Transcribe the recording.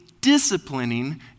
disciplining